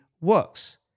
works